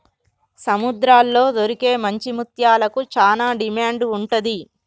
సముద్రాల్లో దొరికే మంచి ముత్యాలకు చానా డిమాండ్ ఉంటది